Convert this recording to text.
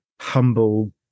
humble